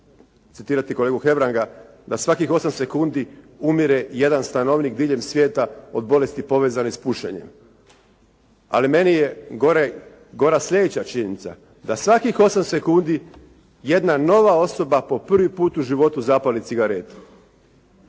citirati kolegu Hebranga da svakih 8 sekundi umire jedan stanovnik diljem svijeta od bolesti povezane s pušenjem. Ali meni je gore, gora slijedeća činjenica da svakih 8 sekundi jedna nova osoba po prvi put u životu zapali cigaretu.